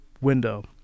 window